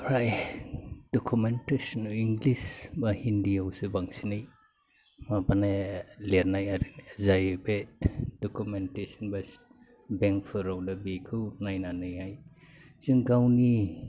फ्राय documentation आ English बा हिन्दिआवसो बांसिनै माबानाय माने लिरनाय आरो जाय बे दकुमेन्टेस'न बा बेंकफोराव दा बेखौ नायनानैहाय जों गावनि